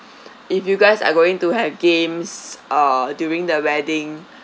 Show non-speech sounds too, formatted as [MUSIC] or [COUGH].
[BREATH] if you guys are going to have games uh during the wedding